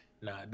Nah